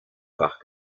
fach